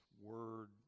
word